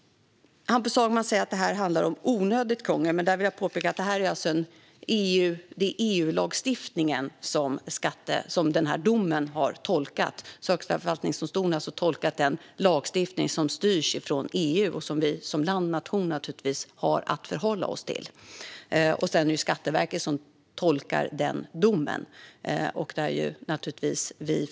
Hampus Hagman säger att detta handlar om onödigt krångel, men låt mig påpeka att det är EU-lagstiftningen som tolkats i domen. Högsta förvaltningsdomstolen har alltså tolkat den lagstiftning som styrs från EU och som vi som nation har att förhålla oss till. Sedan är det Skatteverket som tolkar domen.